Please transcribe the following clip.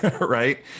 right